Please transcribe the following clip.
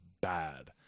bad